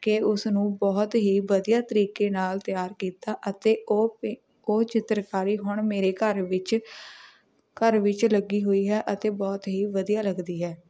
ਕੇ ਉਸ ਨੂੰ ਬਹੁਤ ਹੀ ਵਧੀਆ ਤਰੀਕੇ ਨਾਲ ਤਿਆਰ ਕੀਤਾ ਅਤੇ ਉਹ ਪੇਂ ਉਹ ਚਿੱਤਰਕਾਰੀ ਹੁਣ ਮੇਰੇ ਘਰ ਵਿੱਚ ਘਰ ਵਿੱਚ ਲੱਗੀ ਹੋਈ ਹੈ ਅਤੇ ਬਹੁਤ ਹੀ ਵਧੀਆ ਲੱਗਦੀ ਹੈ